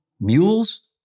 mules